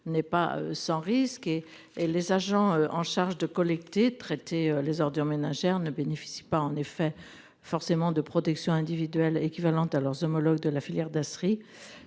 n'est pas sans risque et et les agents en charge de collecter, traiter les ordures ménagères ne bénéficient pas en effet forcément de protection individuelle équivalente à leurs homologues de la filière Dasri